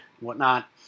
whatnot